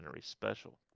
special